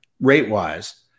rate-wise